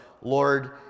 Lord